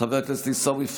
חבר הכנסת אחמד טיבי,